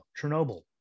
Chernobyl